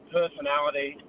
personality